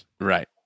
Right